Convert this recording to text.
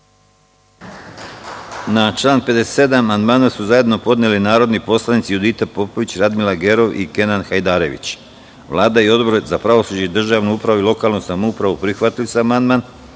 član 57. amandman su zajedno podneli narodni poslanici Judita Popović, Radmila Gerov i Kenan Hajdarević. Vlada i Odbor za pravosuđe, državnu upravu i lokalnu samoupravu prihvatili su amandman,